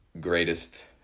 greatest